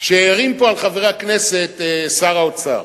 שהערים פה על חברי הכנסת שר האוצר.